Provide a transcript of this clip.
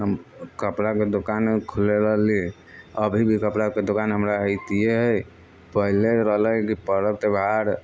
हम कपड़ाके दोकान खोलले रहली अभी भी कपड़ाके दोकान हमरा हैतिये है पहले रहलै कि परब त्यौहार